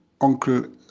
Uncle